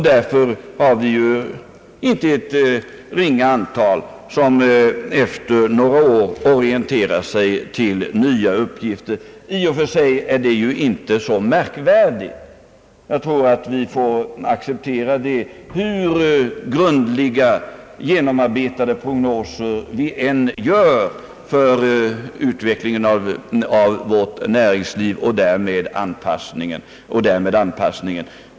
Därför har vi ett inte ringa antal, som efter några år orienterar sig till nya uppgifter. I och för sig är detta inte så märkvärdigt. Jag tror att vi får acceptera detta, hur grundligt genomarbetade prognoser vi än gör för utvecklingen av vårt näringsliv.